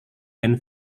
and